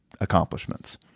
accomplishments